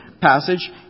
passage